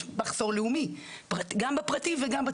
יש מחסור לאומי גם בפרטי וגם בציבורי.